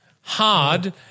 hard